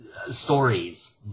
stories